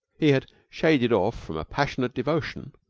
he had shaded off from a passionate devotion,